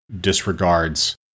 disregards